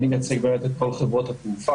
אני מייצג את כל חברות התעופה,